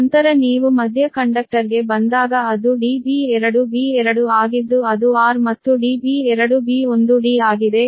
ನಂತರ ನೀವು ಮಧ್ಯ ಕಂಡಕ್ಟರ್ಗೆ ಬಂದಾಗ ಅದು db2b2 ಆಗಿದ್ದು ಅದು r ಮತ್ತು db2b1d ಆಗಿದೆ db2b3 ಆಗಿಯೂ ಸಹ d